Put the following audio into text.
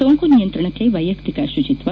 ಸೋಂಕು ನಿಯಂತ್ರಣಕ್ಕೆ ವೈಯಕ್ತಿಕ ಶುಚಿತ್ವ